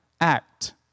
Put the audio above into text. act